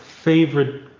favorite